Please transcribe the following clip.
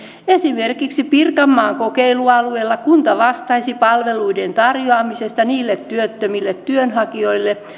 esimerkiksi pirkanmaan kokeilualueella kunta vastaisi palveluiden tarjoamisesta niille työttömille työnhakijoille